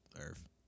Earth